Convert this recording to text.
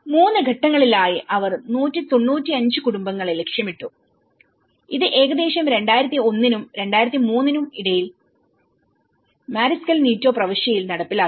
3 ഘട്ടങ്ങളിലായി അവർ 195 കുടുംബങ്ങളെ ലക്ഷ്യമിട്ടു ഇത് ഏകദേശം 2001 നും 2003 നും ഇടയിൽ മാറിസ്ക്കൽ നീറ്റോ പ്രവിശ്യയിൽ നടപ്പിലാക്കി